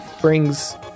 brings